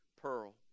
pearl